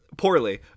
Poorly